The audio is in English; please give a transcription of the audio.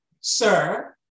sir